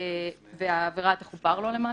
והעבירה תכופר לו למעשה,